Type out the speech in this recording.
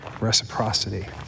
reciprocity